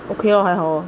okay lor 还好 lor